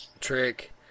trick